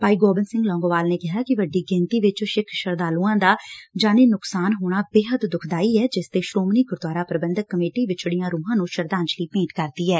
ਭਾਈ ਗੋਬਿੰਦ ਸਿੰਘ ਲੌਂਗੋਵਾਲ ਨੇ ਕਿਹਾ ਕਿ ਵੱਡੀ ਗਿਣਤੀ ਵਿਚ ਸਿੱਖ ਸ਼ਰਧਾਲੁਆਂ ਦਾ ਜਾਨੀ ਨੁਕਸਾਨ ਹੋਣਾ ਬੇਹੱਦ ਦੁਖਦਾਈ ਐ ਜਿਸ ਤੇ ਸ਼ੋਮਣੀ ਗੁਰਦੁਆਰਾ ਪ੍ਰਬੰਧਕ ਕਮੇਟੀ ਵਿਛੜੀਆਂ ਰੂਹਾਂ ਨੂੰ ਸ਼ਰਧਾਜਲੀ ਭੇਟ ਕਰਦੀ ਐ